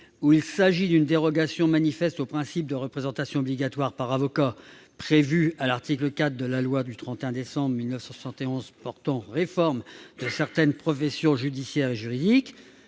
où il s'agit d'une dérogation manifeste au principe de représentation obligatoire par avocat prévu à l'article 4 de la loi du 31 décembre 1971 portant réforme de certaines professions judiciaires et juridiques,